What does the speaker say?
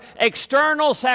external